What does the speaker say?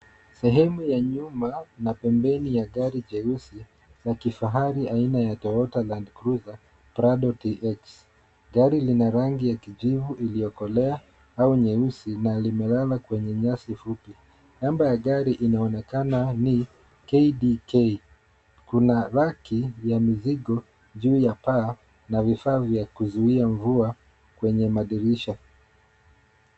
Sehemu ya nyuma na pembeni ya gari jeusi la kifahari aina ya Toyota Land Cruiser Prado TX . Gari lina rangi ya kijuvu iliyokolea au nyeusi na alimelala kwenye nyasi fupi. Namba ya gari inaonakana ni KDK. Kuna raki ya mzigo juu ya paa na vifaa vya kuzuia mvua kwenye madirisha.